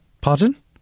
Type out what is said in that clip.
Pardon